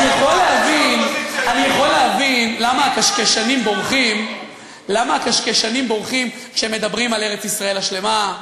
אני יכול להבין למה הקשקשנים בורחים כשהם מדברים על ארץ-ישראל השלמה,